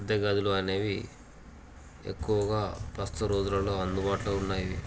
అద్దె గదులు అనేవి ఎక్కువగా ప్రస్తుత రోజులలో అందుబాటులో ఉన్నవి